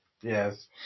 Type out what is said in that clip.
Yes